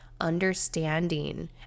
understanding